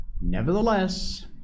Nevertheless